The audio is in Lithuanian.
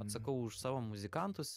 atsakau už savo muzikantus